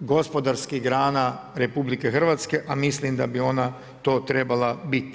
gospodarskih grana RH, a mislim da bi ona to trebala biti.